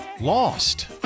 Lost